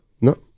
No